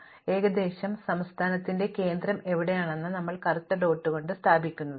അതിനാൽ ഏകദേശം സംസ്ഥാനം സംസ്ഥാനത്തിന്റെ കേന്ദ്രം എവിടെയാണ് ഞങ്ങൾ ഈ കറുത്ത ഡോട്ട് സ്ഥാപിക്കുന്നത്